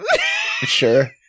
sure